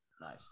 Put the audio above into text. nice